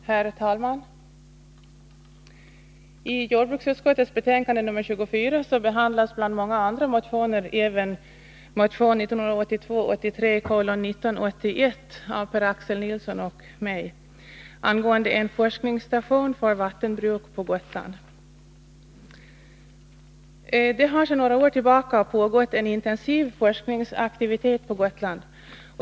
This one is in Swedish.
Herr talman! I jordbruksutskottets betänkande nr 24 behandlas bland många andra även motion 1982/83:1981 av Per-Axel Nilsson och mig angående en forskningsstation för vattenbruk på Gotland. Det har sedan några år tillbaka pågått en intensiv forskningsaktivitet på Gotland.